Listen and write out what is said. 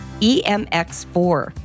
EMX4